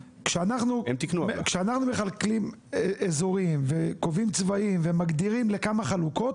כשאנחנו מחלקים אזורים וקובעים צבעים ומגדירים לכמה חלוקות,